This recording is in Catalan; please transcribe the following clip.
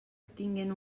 obtinguen